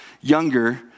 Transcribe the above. younger